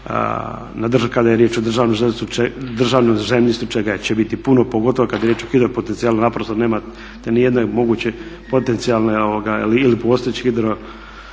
objekata kada je riječ o državnom zemljištu čega će biti puno kada je riječ o hidro potencijalu, naprosto nemate niti jedne moguće potencijalne ili postojeće hidro